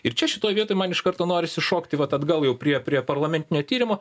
ir čia šitoj vietoj man iš karto norisi šokti vat atgal jau prie prie parlamentinio tyrimo